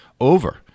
over